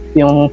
yung